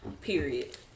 period